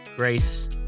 Grace